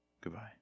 Goodbye